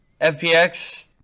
FPX